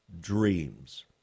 dreams